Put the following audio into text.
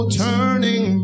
turning